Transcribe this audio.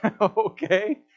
Okay